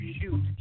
shoot